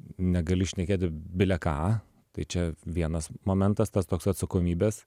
negali šnekėti bile ką tai čia vienas momentas tas toks atsakomybės